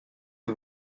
que